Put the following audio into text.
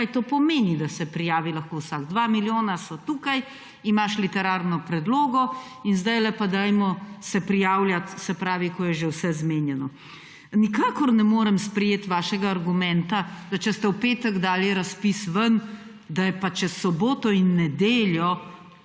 Kaj to pomeni, da se prijavi lahko vsak? 2 milijona so tukaj, imaš literarno predlogo in zdajle se pa prijavljajmo, ko je že vse zmenjeno. Nikakor ne morem sprejeti vašega argumenta, da če ste v petek dali razpis ven, da vas je pa čez soboto in nedeljo